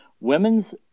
Women's